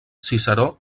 ciceró